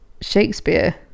Shakespeare